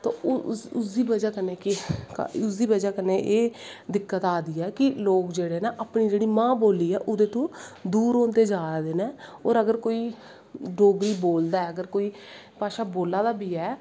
तो उस दी बज़ा कन्नै केह् उसदी बज़ा कन्नै एह् दिक्कत आ दी ऐ कि लोग जेह्ड़े नै अपनी जेह्ड़ी मां बोली ऐ ओह्दे तों दूर होंदे जा दे नै और अगर जेह्ड़े डोगरी बोलदा ऐ अगर कोई डोगरी बोला दा बी ऐ